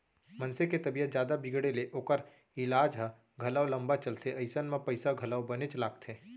मनसे के तबीयत जादा बिगड़े ले ओकर ईलाज ह घलौ लंबा चलथे अइसन म पइसा घलौ बनेच लागथे